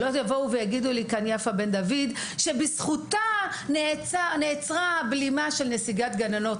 שלא תבוא יפה בן דוד ותגיד לי כאן שבזכותה נעצרה הבלימה של נסיגת גננות.